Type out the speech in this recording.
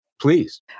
Please